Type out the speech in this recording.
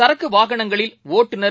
சரக்குவாகனங்களில் ஒட்டுநர்